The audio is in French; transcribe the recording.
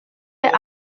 est